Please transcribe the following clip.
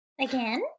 Again